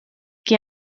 qui